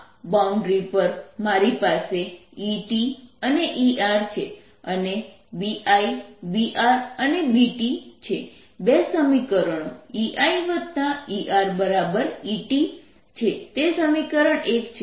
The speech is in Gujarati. da0EL ER EIERET તેથી આ બાઉન્ડ્રી પર મારી પાસે ET અને ER છે અને BI BR અને BT છે બે સમીકરણો EIERET છે તે સમીકરણ 1 છે